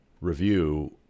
review